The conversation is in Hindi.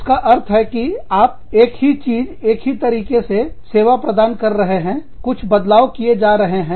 जिसका अर्थ है कि आप एक ही चीज एक ही तरीके से सेवा प्रदान कर रहे हैं कुछ बदलाव किए जा रहे हैं